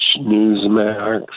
Newsmax